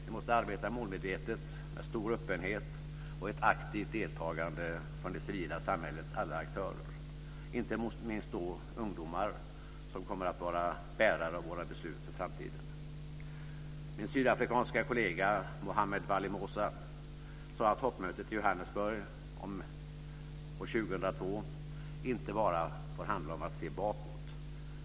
Vi måste arbeta målmedvetet, med stor öppenhet och ett aktivt deltagande från det civila samhällets alla aktörer, inte minst ungdomar som kommer att vara bärare av våra beslut för framtiden. Moosa, sade att toppmötet i Johannesburg år 2002 inte bara får handla om att se bakåt.